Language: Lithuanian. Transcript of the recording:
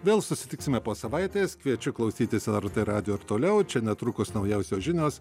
vėl susitiksime po savaitės kviečiu klausytis lrt radijo ir toliau čia netrukus naujausios žinios